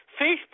Facebook